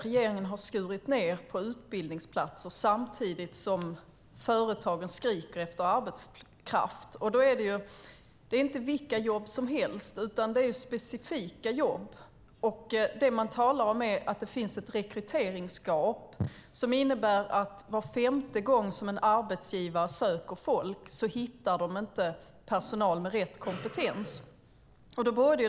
Regeringen har skurit ned på utbildningsplatser samtidigt som företagen skriker efter arbetskraft. Det handlar inte om vilka jobb som helst, utan det är specifika jobb. Det finns ett rekryteringsgap som innebär att var femte gång som en arbetsgivare söker folk hittar han eller hon inte personal med rätt kompetens.